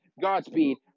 Godspeed